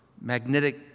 magnetic